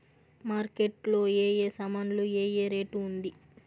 Market లో ఏ ఏ సామాన్లు ఏ ఏ రేటు ఉంది?